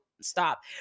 stop